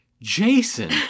Jason